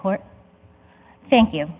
court thank you